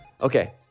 okay